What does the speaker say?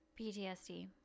PTSD